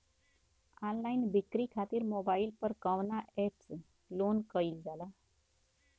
Online बिक्री खातिर mobile पर कवना एप्स लोन कईल जाला?